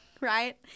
right